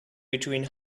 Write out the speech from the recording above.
between